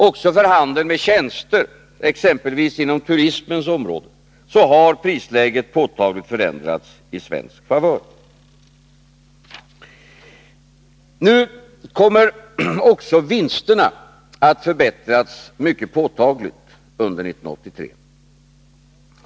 Också för handeln med tjänster, exempelvis inom turismens område, har prisläget påtagligt förändrats i svensk favör. Nu kommer också vinsterna att förbättras mycket påtagligt under 1983.